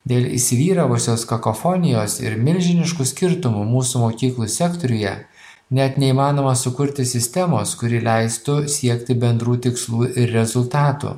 dėl įsivyravusios kakofonijos ir milžiniškų skirtumų mūsų mokyklų sektoriuje net neįmanoma sukurti sistemos kuri leistų siekti bendrų tikslų ir rezultatų